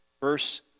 verse